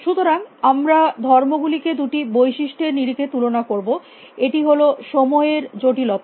সুতরাং আমরা ধর্ম গুলিকে দুটি বৈশিষ্ট্যের নিরিখে তুলনা করব একটি হল সময়ের জটিলতা